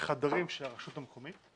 בחדרים של הרשות המקומית,